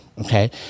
Okay